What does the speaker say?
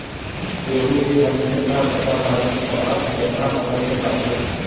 केहू के ढंग से ना पता बा कि कपास केतना समय से बाटे